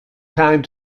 time